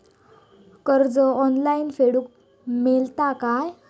कर्ज ऑनलाइन फेडूक मेलता काय?